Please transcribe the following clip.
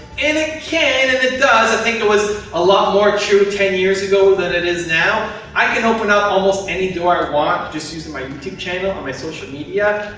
and it can, and it does. i think it was a lot more true, ten years ago, than it is now. i can open up almost any door i want, just usin' my youtube channel, and my social media,